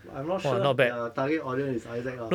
I'm not sure if their target audience is isaac ah